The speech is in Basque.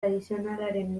tradizionalaren